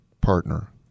partner